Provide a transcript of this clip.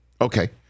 Okay